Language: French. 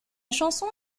chanson